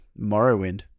Morrowind